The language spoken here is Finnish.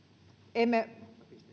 emme